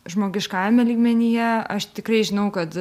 žmogiškajame lygmenyje aš tikrai žinau kad